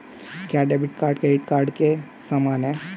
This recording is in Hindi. क्या डेबिट कार्ड क्रेडिट कार्ड के समान है?